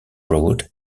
road